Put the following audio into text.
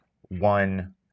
one